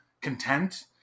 content